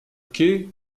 quai